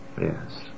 Yes